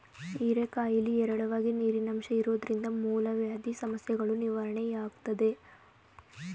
ಹೀರೆಕಾಯಿಲಿ ಹೇರಳವಾಗಿ ನೀರಿನಂಶ ಇರೋದ್ರಿಂದ ಮೂಲವ್ಯಾಧಿ ಸಮಸ್ಯೆಗಳೂ ನಿವಾರಣೆಯಾಗ್ತದೆ